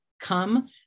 come